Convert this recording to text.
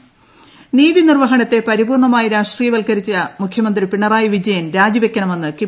ട്ടടടടടട ഹസ്സൻ നീതിനിർവ്വഹണത്തെ പരിപൂർണ്ണമായി രാഷ്ട്രീയവത്ക്കരിച്ച മുഖ്യമന്ത്രി പിണറായി പിജയൻ രാജിവയ്ക്കണമെന്ന് കെ